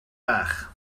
bach